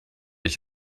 ich